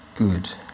good